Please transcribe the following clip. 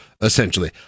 essentially